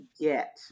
get